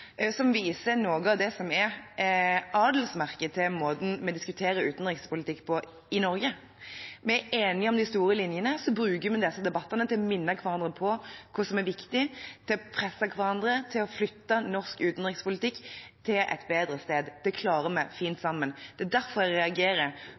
som viser noe av adelsmerket på måten vi diskuterer utenrikspolitikk på i Norge: Vi er enige om de store linjene, og så bruker vi disse debattene til å minne hverandre på hva som er viktig, til å presse hverandre til å flytte norsk utenrikspolitikk til et bedre sted. Det klarer vi fint